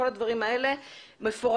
כל הדברים האלה מפורטים.